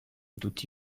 tutti